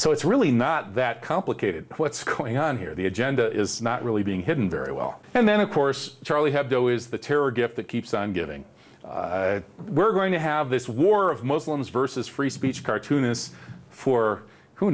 so it's really not that complicated what's going on here the agenda is not really being hidden very well and then of course charlie hebdo is the terror gift that keeps on giving we're going to have this war of muslims versus free speech cartoonists for who